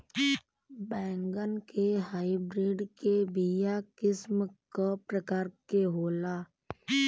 बैगन के हाइब्रिड के बीया किस्म क प्रकार के होला?